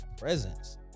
presence